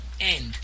end